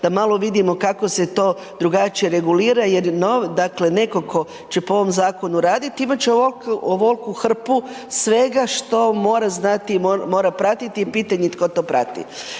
da malo vidimo kako se to drugačije regulira jer, dakle neko ko će po ovom zakonu radit imat će ovolku hrpu svega što mora znati i mora pratiti i pitanje tko to prati.